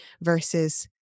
versus